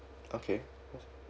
okay that's